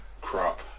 crap